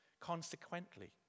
Consequently